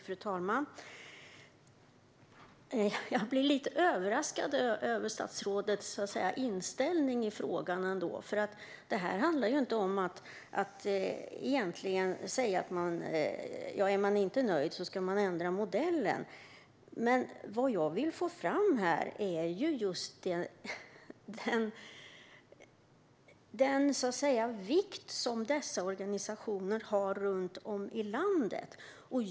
Fru talman! Jag blir lite överraskad över statsrådets inställning i frågan. Det handlar inte om att om man inte är nöjd ska man ändra modellen. Vad jag vill få fram är den vikt som dessa organisationer har runt om i landet.